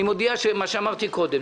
אני מודיע מה שאמרתי קודם,